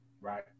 right